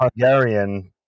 Hungarian